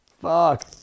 Fuck